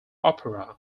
opera